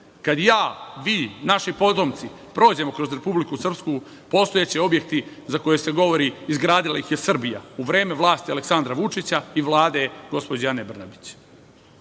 kad ja, vi, naši potomci prođemo kroz Republiku Srpsku, postojaće objekti za koje se govori – izgradila ih je Srbija u vreme vlasti Aleksandra Vučića i Vlade gospođe Ane Brnabić. Menjali